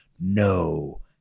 no